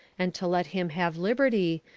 and to let him have liberty,